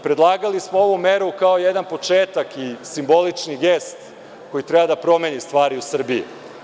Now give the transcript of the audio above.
Predlagali smo ovu meru, kao jedan početak i simbolični gest koji treba da promeni stvari u Srbiji.